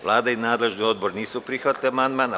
Vlada i nadležni odbor nisu prihvatili ovaj amandman.